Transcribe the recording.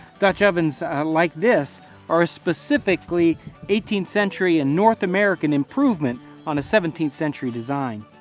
dutch ovens like this are a specifically eighteenth century and north american improvement on a seventeenth century design.